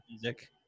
music